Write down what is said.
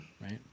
Right